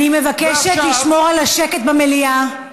אני מבקשת לשמור על השקט במליאה.